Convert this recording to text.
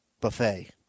Buffet